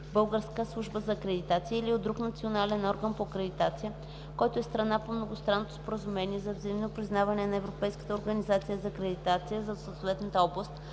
„Българска служба за акредитация” или от друг национален орган по акредитация, който е страна по Многостранното споразумение за взаимно признаване на Европейската организация за акредитация, за съответната област